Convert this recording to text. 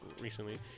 recently